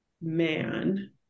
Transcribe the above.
man